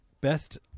best